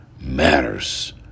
matters